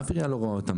אף עירייה לא רואה אותם,